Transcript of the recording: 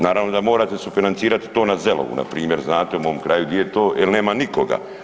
Naravno da morate sufinancirati to na Zelovu npr. znate u mom kraju gdje je to, jer nema nikoga.